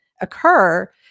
occur